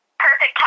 Perfect